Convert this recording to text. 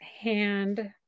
hand